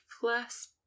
plus